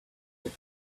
that